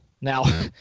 Now